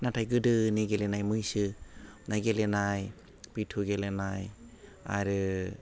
नाथाय गोदोनि गेलेनाय मैसो नाय गेलेनाय बिथु गेलेनाय आरो